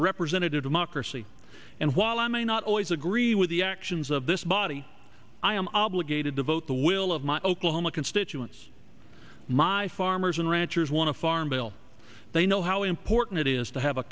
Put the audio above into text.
a representative democracy and while i may not always agree with the actions of this body i am obligated to vote the will of my oklahoma constituents my farmers and ranchers want to farm bill they know how important it is to have a